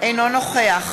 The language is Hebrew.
אינו נוכח